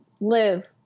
live